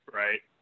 right